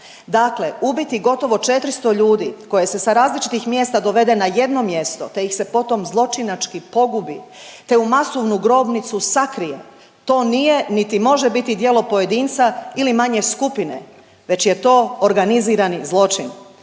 Dakle, ubiti gotovo 400 ljudi koje se sa različitih mjesta dovede na jedno mjesto te ih se potom zločinački pogubi te u masovnu grobnicu sakrije, to nije niti može biti djelo pojedinca ili manje skupine već je to organizirani zločin.